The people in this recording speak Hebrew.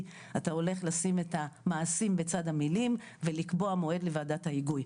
אתה הולך לשים את המעשים בצד המילים ולקבוע מועד לוועדת ההיגוי.